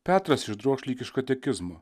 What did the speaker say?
petras išdroš lyg iš katekizmo